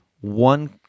one